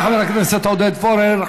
תודה לחבר הכנסת עודד פורר.